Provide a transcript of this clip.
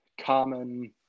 common